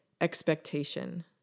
expectation